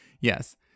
Yes